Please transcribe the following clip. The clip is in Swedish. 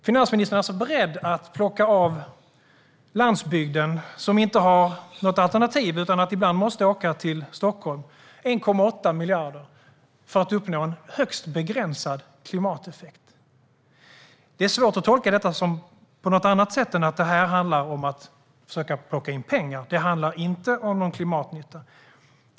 Finansministern är alltså beredd att plocka av boende på landsbygden, som inte har något alternativ utan ibland måste åka till Stockholm, 1,8 miljarder för att uppnå en högst begränsad klimateffekt. Det är svårt att tolka detta på något annat sätt än att detta handlar om att söka plocka in pengar. Det handlar inte om någon klimatnytta.